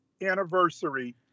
anniversary